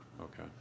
Okay